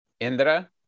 Indra